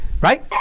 Right